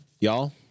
y'all